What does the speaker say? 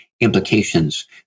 implications